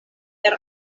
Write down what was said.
per